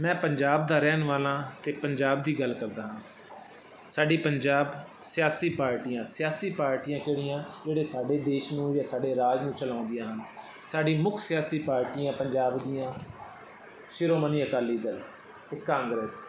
ਮੈਂ ਪੰਜਾਬ ਦਾ ਰਹਿਣ ਵਾਲਾ ਅਤੇ ਪੰਜਾਬ ਦੀ ਗੱਲ ਕਰਦਾ ਹਾਂ ਸਾਡੀ ਪੰਜਾਬ ਸਿਆਸੀ ਪਾਰਟੀਆਂ ਸਿਆਸੀ ਪਾਰਟੀਆਂ ਕਿਹੜੀਆਂ ਜਿਹੜੇ ਸਾਡੇ ਦੇਸ਼ ਨੂੰ ਜਾਂ ਸਾਡੇ ਰਾਜ ਨੂੰ ਚਲਾਉਂਦੀਆਂ ਹਨ ਸਾਡੀ ਮੁੱਖ ਸਿਆਸੀ ਪਾਰਟੀਆਂ ਪੰਜਾਬ ਦੀਆਂ ਸ਼੍ਰੋਮਣੀ ਅਕਾਲੀ ਦਲ ਅਤੇ ਕਾਂਗਰਸ